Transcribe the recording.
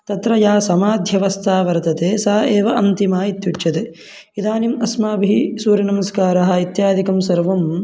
तत्र या समाध्यवस्था वर्तते सा एव अन्तिमा इत्युच्यते इदानिम् अस्माभिः सूर्यनमस्कारः इत्यादिकं सर्वं